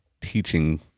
teaching